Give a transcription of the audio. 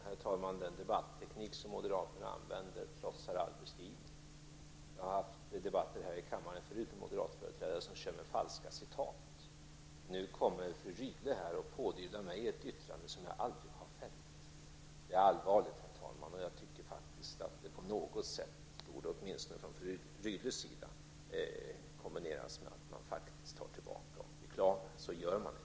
Herr talman! Den debatteknik moderaterna använder trotsar all beskrivning. Jag har tidigare haft debatter här i kammaren med moderata företrädare som använder sig av falska citat. Nu kommer fru Rydle och pådyvlar mig ett yttrande som jag aldrig har fällt. Det är allvarligt, herr talman, och jag tycker faktiskt att fru Rydle borde ta tillbaka och beklaga. Så gör man inte.